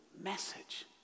message